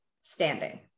standing